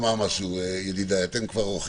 אומר שיש הרבה